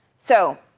so